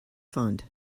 fund